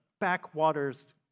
backwaters